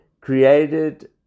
created